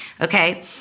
Okay